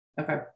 Okay